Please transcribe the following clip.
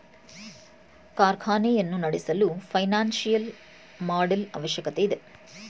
ಕಾರ್ಖಾನೆಯನ್ನು ನಡೆಸಲು financial model ಅವಶ್ಯಕತೆ ಇದೆ